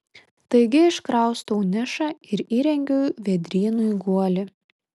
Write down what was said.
taigi iškraustau nišą ir įrengiu vėdrynui guolį